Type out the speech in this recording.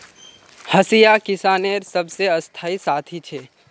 हंसिया किसानेर सबसे स्थाई साथी छे